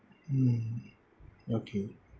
mm okay